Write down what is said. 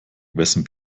wessen